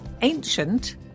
ancient